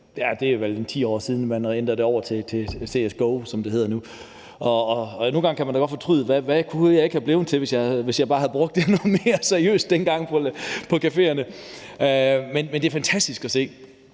det er vel 10 år siden, hvor man gik over til »CS:GO«, som det hedder nu. Nogle gange kan man da godt fortryde det, for hvad kunne jeg ikke være blevet til, hvis jeg bare havde brugt det noget mere seriøst dengang på caféerne. Men det er fantastisk at se.